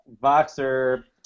Boxer